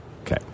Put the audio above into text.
Okay